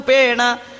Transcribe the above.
Pena